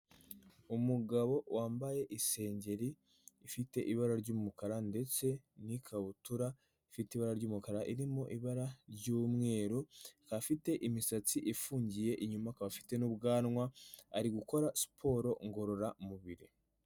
Umugabo wambaye isengeri ifite ibara ry'umukara ndetse n'ikabutura ifite ibara ry'umukara irimo ibara ry'umweru, akaba afite imisatsi ifungiye inyuma, akaba afite n'ubwanwa, ari gukora siporo ingororamubiri.